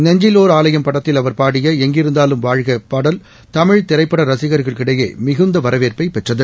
நெஞ்சில் ஒர் ஆலயம் படத்தில் அவர் பாடிய ளங்கிருந்தாலும் வாழ்க பாடல் தமிழ் திரைப்பட ரசிகர்களிடையே மிகுந்த வரவேற்பைப் பெற்றது